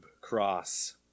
cross